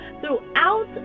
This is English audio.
throughout